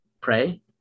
pray